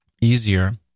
Easier